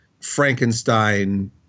Frankenstein